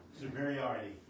Superiority